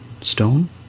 stone